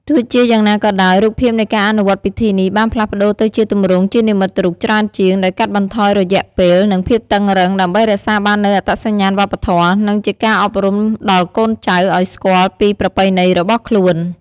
ទោះជាយ៉ាងណាក៏ដោយ រូបភាពនៃការអនុវត្តពិធីនេះបានផ្លាស់ប្តូរទៅជាទម្រង់ជានិមិត្តរូបច្រើនជាង ដោយកាត់បន្ថយរយៈពេល និងភាពតឹងរ៉ឹង ដើម្បីរក្សាបាននូវអត្តសញ្ញាណវប្បធម៌ និងជាការអប់រំដល់កូនចៅឱ្យស្គាល់ពីប្រពៃណីរបស់ខ្លួន។